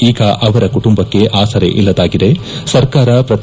ಈಗ ಅವರ ಕುಟುಂಬಕ್ಕೆ ಆಸರೆ ಇಲ್ಲದಾಗಿದೆಸರ್ಕಾರ ಪ್ರತಿ